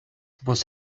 was